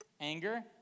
Anger